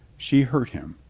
she hurt him.